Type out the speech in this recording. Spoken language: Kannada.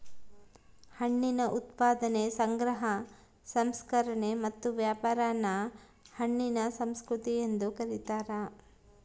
ಹಣ್ಣಿನ ಉತ್ಪಾದನೆ ಸಂಗ್ರಹ ಸಂಸ್ಕರಣೆ ಮತ್ತು ವ್ಯಾಪಾರಾನ ಹಣ್ಣಿನ ಸಂಸ್ಕೃತಿ ಎಂದು ಕರೀತಾರ